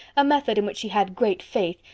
a method in which she had great faith,